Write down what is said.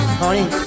honey